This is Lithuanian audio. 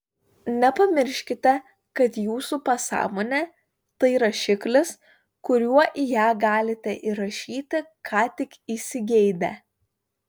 nepamirškite kad jūsų pasąmonė tai rašiklis kuriuo į ją galite įrašyti ką tik įsigeidę